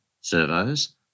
servos